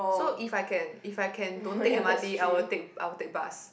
so if I can if I can don't take m_r_t I would take I would take bus